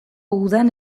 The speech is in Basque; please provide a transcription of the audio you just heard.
udan